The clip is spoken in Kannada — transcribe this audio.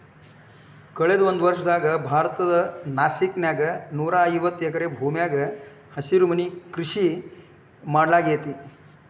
ಕಳದ ಒಂದ್ವರ್ಷದಾಗ ಭಾರತದ ನಾಸಿಕ್ ನ್ಯಾಗ ನೂರಾಐವತ್ತ ಎಕರೆ ಭೂಮ್ಯಾಗ ಹಸಿರುಮನಿ ಕೃಷಿ ಮಾಡ್ಲಾಗೇತಿ